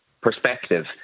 perspective